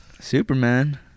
superman